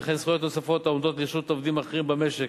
וכן זכויות נוספות העומדות לרשות עובדים אחרים במשק.